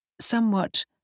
somewhat